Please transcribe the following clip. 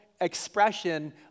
expression